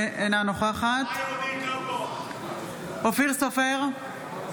אינה נוכחת אופיר סופר,